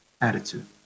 attitude